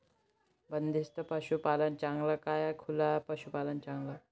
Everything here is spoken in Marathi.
बंदिस्त पशूपालन चांगलं का खुलं पशूपालन चांगलं?